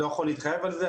אני לא יכול להתחייב לזה,